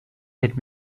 let